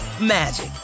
magic